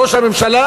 ראש הממשלה,